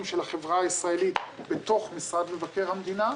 של החברה הישראלית בתוך משרד מבקר המדינה,